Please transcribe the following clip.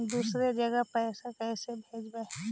दुसरे जगह पैसा कैसे भेजबै?